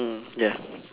ya